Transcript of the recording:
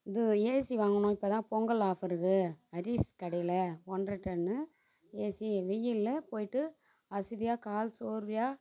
இது ஏசி வாங்கினோம் இப்போதான் பொங்கல் ஆஃபருக்கு ஹரிஸ் கடையில் ஒன்றை டன்னு ஏசி வெயிலில் போயிட்டு அசதியாக கால் சோர்வையாக